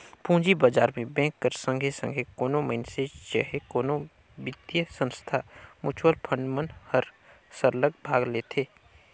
पूंजी बजार में बेंक कर संघे संघे कोनो मइनसे चहे कोनो बित्तीय संस्था, म्युचुअल फंड मन हर सरलग भाग लेथे